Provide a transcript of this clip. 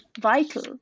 vital